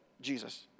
Jesus